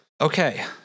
Okay